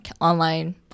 online